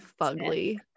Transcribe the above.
fugly